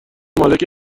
مالک